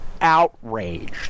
outraged